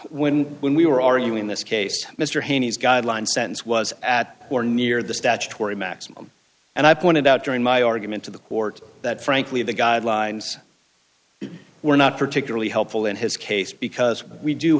when when we were arguing this case mr haney's guideline sentence was at or near the statutory maximum and i pointed out during my argument to the court that frankly the guidelines were not particularly helpful in his case because we do